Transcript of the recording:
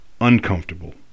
uncomfortable